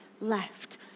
left